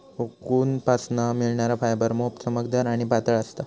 कोकूनपासना मिळणार फायबर मोप चमकदार आणि पातळ असता